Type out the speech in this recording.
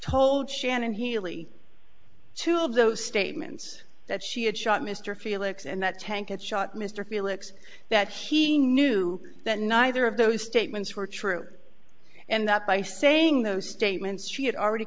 told shannon healy two of those statements that she had shot mr felix and that tankage shot mr felix that she knew that neither of those statements were true and that by saying those statements she had already